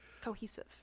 Cohesive